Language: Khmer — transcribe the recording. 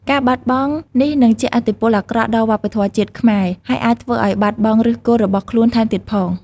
ការបាត់បង់នេះនឹងជះឥទ្ធិពលអាក្រក់ដល់វប្បធម៌ជាតិខ្មែរ ហើយអាចធ្វើឲ្យបាត់បង់ឫសគល់របស់ខ្លួនថែមទៀតផង។